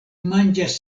manĝas